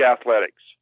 athletics